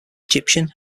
egyptian